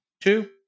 Two